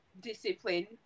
discipline